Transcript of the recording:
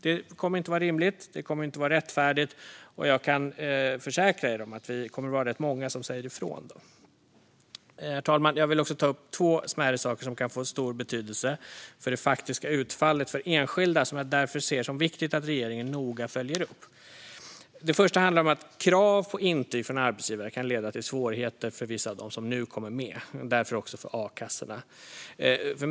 Det kommer inte att vara rimligt, det kommer inte att vara rättfärdigt och jag kan försäkra er om att vi kommer att vara rätt många som säger ifrån. Herr talman! Jag vill också ta upp två smärre saker som kan få stor betydelse för det faktiska utfallet för enskilda och som jag därför ser som viktiga att regeringen noga följer upp. Det första handlar om att krav på intyg från arbetsgivare kan leda till svårigheter för vissa av dem som nu kommer med och därför också för akassorna.